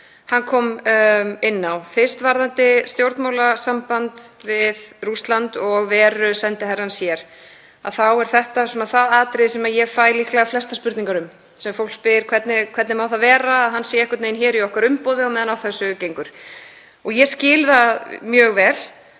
hann kom inn á. Fyrst varðandi stjórnmálasamband við Rússland og veru sendiherrans hér, þá er það atriði sem ég fæ líklega flestar spurningar um, þar sem fólk spyr: Hvernig má það vera að hann sé einhvern veginn í okkar umboði og meðan á þessu gengur? Ég skil það mjög vel